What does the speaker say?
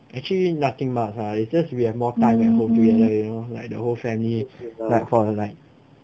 actually nothing much lah is just we have more time at home together you know like the whole family like for like